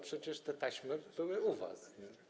Przecież te taśmy były u was.